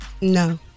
No